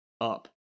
up